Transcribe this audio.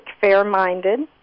fair-minded